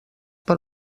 per